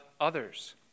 others